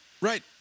Right